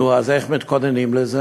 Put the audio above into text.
נו, אז איך מתכוננים לזה?